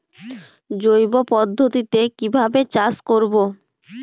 জৈব পদ্ধতিতে কিভাবে চাষ করব?